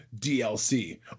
DLC